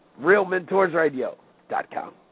realmentorsradio.com